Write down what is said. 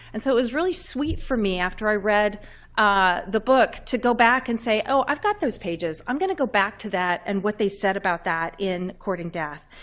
and so it was really sweet for me after i read the book to go back and say, oh, i've got those pages. i'm going to go back to that and what they said about that in courting death.